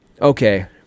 okay